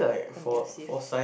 conducive